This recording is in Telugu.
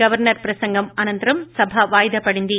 గవర్స ర్ ప్రసంగం అనంతరం సభ వాయిదా పడింది